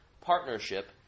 partnership